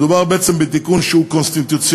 מדובר בעצם בתיקון שהוא קונסטיטוציוני,